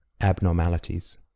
abnormalities